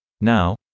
Now